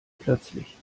plötzlich